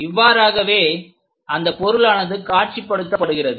இவ்வாறாகவே அந்த பொருளானது காட்சிப்படுத்தப்படுகிறது